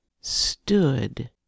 stood